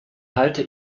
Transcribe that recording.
halte